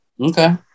Okay